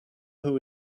who